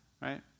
Right